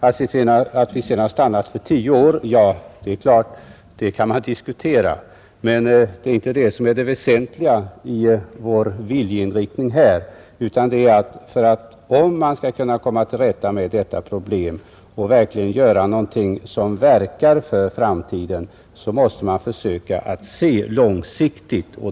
Det är klart att man sedan kan diskutera att vi stannat vid 10 år. Tidsperioden är dock inte det väsentliga i vår viljeinriktning, men om man skall kunna komma till rätta med problemen och verkligen göra någonting som verkar för framtiden, måste man försöka att se långsiktigt.